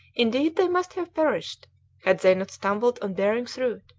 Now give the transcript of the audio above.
indeed, they must have perished had they not stumbled on behring's route,